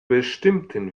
bestimmten